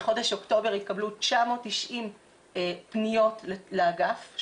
בחודש אוקטובר התקבלו 990 פניות לאגף,